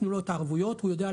תנו לו את הערבויות,